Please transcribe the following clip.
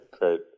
Great